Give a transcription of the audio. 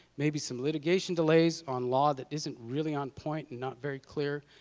maybe some litigation delays on law that isn't really on point and not very clear.